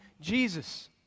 Jesus